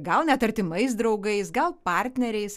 gal net artimais draugais gal partneriais